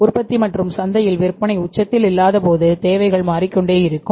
உற்பத்தி மற்றும் சந்தையில் விற்பனை உச்சத்தில் இல்லாதபோது தேவைகள் மாறிக்கொண்டே இருக்கும்